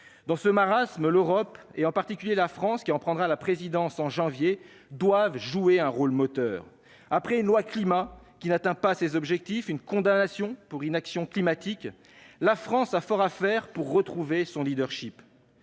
Dans ce marasme, l'Europe, et particulièrement la France, qui en prendra la présidence en janvier, doit jouer un rôle moteur. Après la loi Climat et résilience qui n'atteint pas ses objectifs, après une condamnation pour inaction climatique, notre pays a fort à faire pour retrouver son leadership.